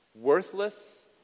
Worthless